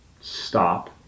stop